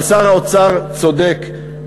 אבל שר האוצר צודק,